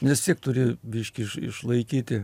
nes vis tiek turi biškį iš išlaikyti